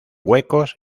huecos